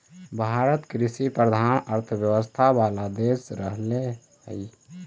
भारत कृषिप्रधान अर्थव्यवस्था वाला देश रहले हइ